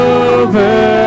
over